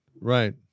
right